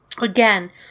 Again